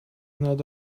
not